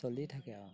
চলি থাকে আৰু